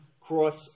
cross